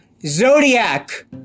Zodiac